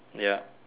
ya